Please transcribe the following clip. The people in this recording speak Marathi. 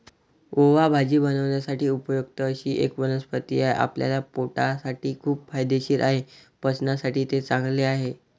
ओवा भाजी बनवण्यासाठी उपयुक्त अशी एक वनस्पती आहे, आपल्या पोटासाठी खूप फायदेशीर आहे, पचनासाठी ते चांगले आहे